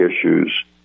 issues